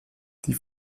die